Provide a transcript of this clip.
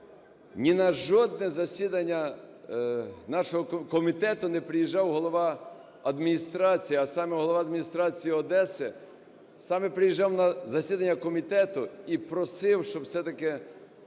ні на жодне засідання нашого комітету не приїжджав голова адміністрації, а саме голова адміністрації Одеси, саме приїжджав на засідання комітету і просив, щоб все-таки